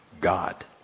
God